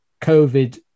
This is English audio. covid